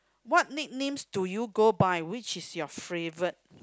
what nicknames do you go by which is you favourite